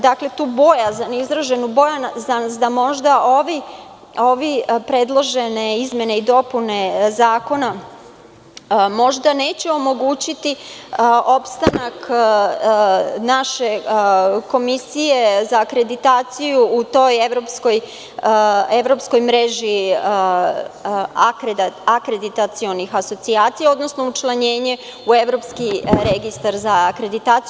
Dakle, tu izraženu bojazan da možda ove predložene izmene i dopune zakona možda neće omogućiti opstanak naše Komisije za akreditaciju u toj evropskoj mreži akreditacionih asocijacija, odnosno učlanjenje u Evropski registar za akreditaciju.